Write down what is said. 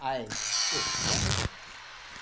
आइ ओ सुगम अछि